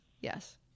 yes